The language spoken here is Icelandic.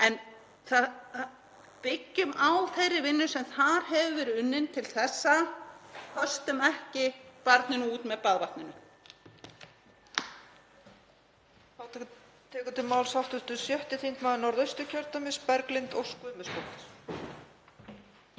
reynslu. Byggjum á þeirri vinnu sem þar hefur verið unnin til þessa. Köstum ekki barninu út með baðvatninu.